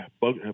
bug